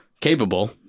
capable